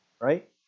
right